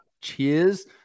cheers